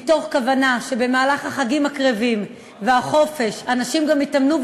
מתוך כוונה שבמהלך החגים הקרבים והחופש אנשים גם יתאמנו,